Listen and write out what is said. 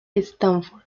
stanford